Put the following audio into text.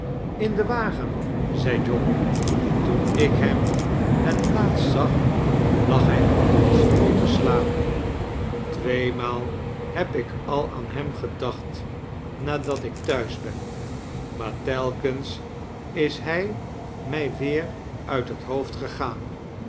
in den wagen zei john toen ik hem het laatst zag lag hij onder het stroo te slapen tweemaal heb ik al aan hem gedacht nadat ik thuis ben maar telkens is hij mij weer uit het hoofd gegaan